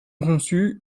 conçue